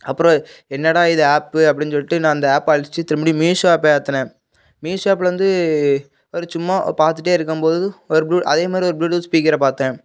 அப்புறம் என்னடா இது ஆப்பு அப்டின்னு சொல்லிட்டு நான் அந்த ஆப்பை அழிச்சி திரும்ப மீஷோ ஆப்பை ஏற்றினேன் மீஷோ ஆப்லேயிருந்து ஒரு சும்மா பார்த்துட்டே இருக்கும்போது ஒரு ப்ளூ அதேமாதிரி ஒரு ப்ளூடூத் ஸ்பீக்கரை பார்த்தேன்